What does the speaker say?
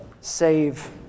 save